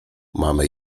mamy